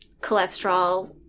cholesterol